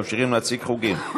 ממשיכים להציג חוקים.